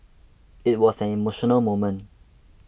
it was an emotional moment